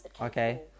Okay